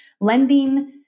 lending